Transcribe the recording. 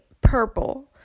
purple